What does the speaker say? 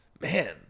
man